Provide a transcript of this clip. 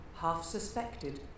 half-suspected